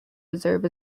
reserve